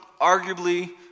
arguably